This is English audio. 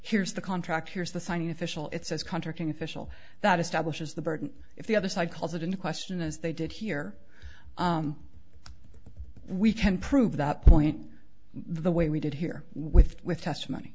here's the contract here's the signing official it says contracting official that establishes the burden if the other side calls it into question as they did here we can prove that point the way we did here with with